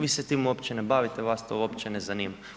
Vi se tim uopće ne bavite, vas to uopće ne zanima.